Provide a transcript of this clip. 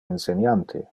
inseniante